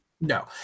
No